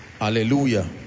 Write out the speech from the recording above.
Hallelujah